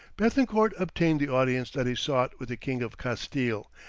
bethencourt obtained the audience that he sought with the king of castille,